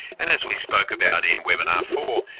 and as we spoke about in webinar four,